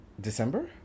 December